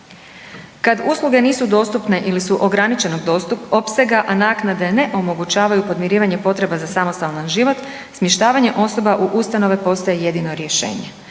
Kad usluge nisu dostupne ili su ograničenog opsega, a naknade ne omogućavaju podmirivanje potreba za samostalan život, smještavanje osoba u ustanove postaje jedino rješenje.